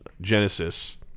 Genesis